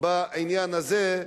גם כן בעניין הזה,